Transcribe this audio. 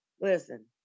listen